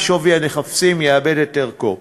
והנכסים יאבדו את ערכם.